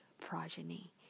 progeny